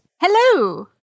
Hello